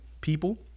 people